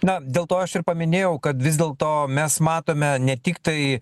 na dėl to aš ir paminėjau kad vis dėlto mes matome ne tiktai